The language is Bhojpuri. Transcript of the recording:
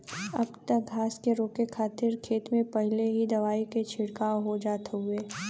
अब त घास के रोके खातिर खेत में पहिले ही दवाई के छिड़काव हो जात हउवे